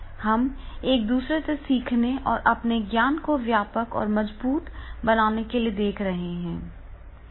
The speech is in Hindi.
हम एक दूसरे से सीखने और अपने ज्ञान को व्यापक और मजबूत बनाने के लिए देख रहे हैं